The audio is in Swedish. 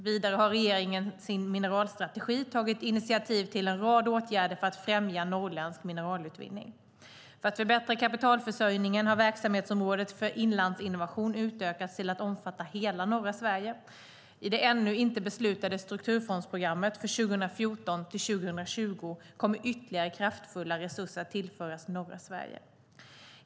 Vidare har regeringen i sin mineralstrategi tagit initiativ till en rad åtgärder för att främja norrländsk mineralutvinning. För att förbättra kapitalförsörjningen har verksamhetsområdet för Inlandsinnovation utökats till att omfatta hela norra Sverige. I det ännu inte beslutade strukturfondsprogrammet för 2014-2020 kommer ytterligare kraftfulla resurser att tillföras norra Sverige.